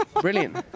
Brilliant